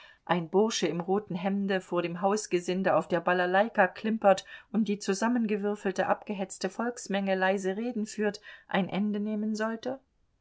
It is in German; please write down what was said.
ein bursche im roten hemde vor dem hausgesinde auf der balalaika klimpert und die zusammengewürfelte abgehetzte volksmenge leise reden führt ein ende nehmen sollte